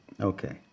Okay